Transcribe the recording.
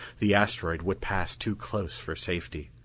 the asteroid would pass too close for safety.